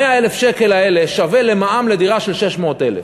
100,000 השקל האלה שווים למע"מ על דירה של 600,000,